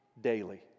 daily